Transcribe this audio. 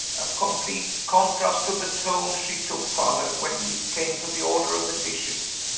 a complete contrast to the tone she took, father, when we came to the order of the dishes.